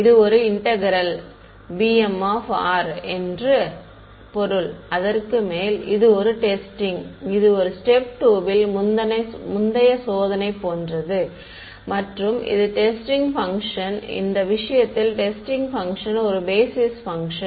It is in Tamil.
இது ஒரு இன்டெக்ரேல் bm என்று பொருள் அதற்கு மேல் இது ஒரு டெஸ்டிங் இது ஸ்டேப் 2 வில் முந்தைய சோதனை போன்றது மற்றும் இது டெஸ்டிங் பங்க்ஷன் இந்த விஷயத்தில் டெஸ்டிங் பங்க்ஷன் ஒரு பேஸிஸ் பங்க்ஷன்